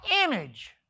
image